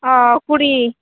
ᱚᱸ ᱠᱩᱲᱤ